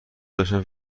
داشتم